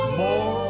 more